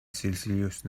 سلسیوس